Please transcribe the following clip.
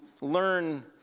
learn